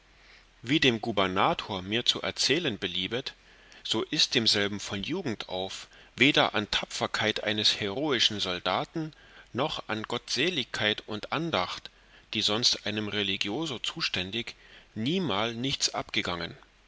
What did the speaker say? wie dem gubernator mir zu erzählen beliebet so ist demselben von jugend auf weder an tapferkeit eines heroischen soldaten noch an gottseligkeit und andacht die sonst einem religioso zuständig niemal nichts abgangen